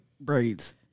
braids